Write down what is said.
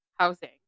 housing